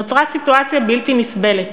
נוצרה סיטואציה בלתי נסבלת,